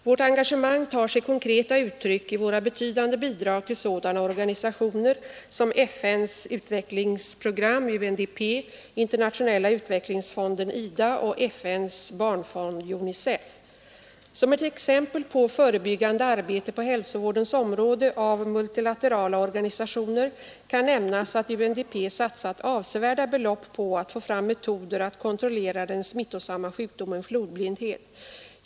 Vårt engagemang tar sig konkreta uttryck i våra betydande bidrag till sådana organisationer som FN:s utvecklingsprogram UNDP, Internationella utvecklingsfonden IDA och FN:s barnfond UNICEF. Som ett exempel på förebyggande arbete på hälsovårdens område av multilaterala organisationer kan nämnas att UNDP satsat avsevärda belopp på att få fram metoder att kontrollera den smittosamma 105 sjukdomen flodblindhet.